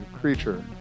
creature